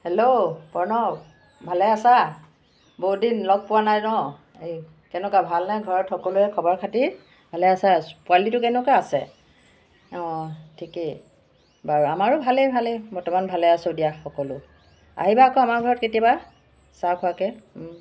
hello Pranab ভালে আছা বহুত দিন লগ পোৱা নাই ন এই কেনেকুৱা ভাল নে ঘৰত সকলোৰে খবৰ খাতি ভালে আছা পোৱালিটো কেনেকুৱা আছে অঁ ঠিকেই বাৰু আমাৰো ভালেই ভালেই বৰ্তমান ভালে আছোঁ দিয়া সকলো আহিবা আকৌ আমাৰ ঘৰত কেতিয়াবা চাহ খোৱাকৈ